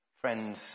Friends